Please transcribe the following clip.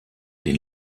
den